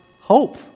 hope